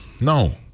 no